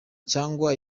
cyangwa